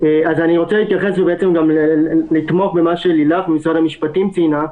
רוצה להתייחס ולתמוך במה שלילך ממשרד המשפטים ציינה.